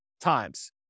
times